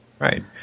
Right